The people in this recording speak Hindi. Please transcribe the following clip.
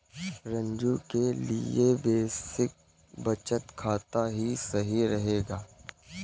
रंजू के लिए बेसिक बचत खाता ही सही रहेगा